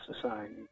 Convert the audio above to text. society